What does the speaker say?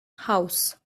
house